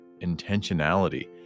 intentionality